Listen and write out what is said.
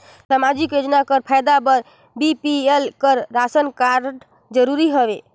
समाजिक योजना कर फायदा बर बी.पी.एल कर राशन कारड जरूरी हवे?